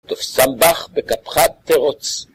תפסם בח בקפחת תירוץ